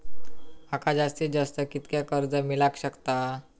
माका जास्तीत जास्त कितक्या कर्ज मेलाक शकता?